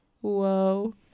whoa